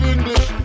English